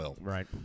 right